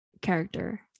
character